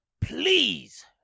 Please